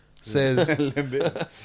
says